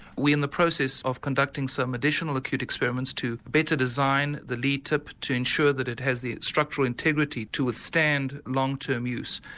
we are in the process of conducting some additional acute experiments to better design the lead tip to ensure that it has the structural integrity to withstand long term use.